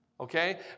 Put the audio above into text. okay